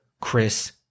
Chris